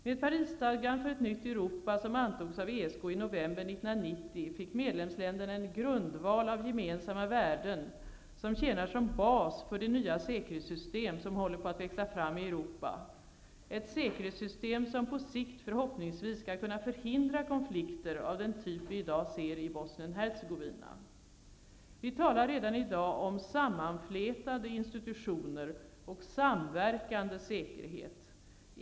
Med Parisstadgan för ett nytt Europa, som antogs av ESK i november 1990, fick medlemsländerna en grundval av gemensamma värden, som tjänar som bas för det nya säkerhetssystem som håller på att växa fram i Europa -- ett säkerhetssystem som på sikt förhoppningsvis skall kunna förhindra konflikter av den typ vi i dag ser i Bosnien Vi talar redan i dag om ''sammanflätade institutioner'' och ''samverkande säkerhet''.